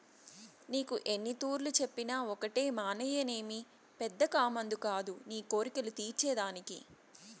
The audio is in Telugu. నీకు ఎన్నితూర్లు చెప్పినా ఒకటే మానాయనేమి పెద్ద కామందు కాదు నీ కోర్కెలు తీర్చే దానికి